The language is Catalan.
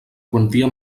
quantia